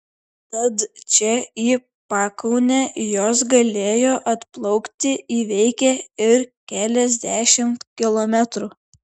tad čia į pakaunę jos galėjo atplaukti įveikę ir keliasdešimt kilometrų